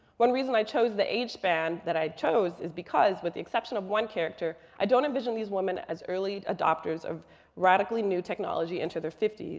one reason i chose the age span that i chose is because, with the exception of one character, i don't envision these women as early adopters of radically new technology into their fifty